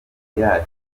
yacu